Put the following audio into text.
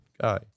guy